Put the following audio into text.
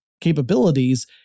capabilities